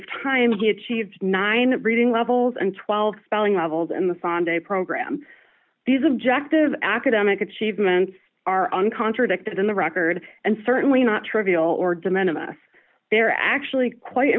of time he achieved nine reading levels and twelve spelling levels in the sunday program these objective academic achievements are on contradicted in the record and certainly not trivial or demand of us they're actually quite